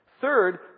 Third